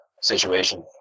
situation